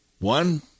One